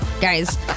guys